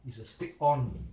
it's a stick on